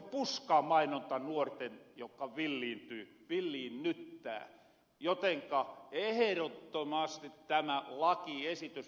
se on se puskamainonta joka villiinnyttää nuoret jotenka eherottomasti tämän lakiesityksen minkä ed